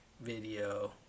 video